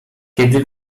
kiedy